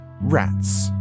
Rats